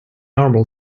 normal